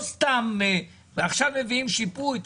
עכשיו מביאים שיפוי.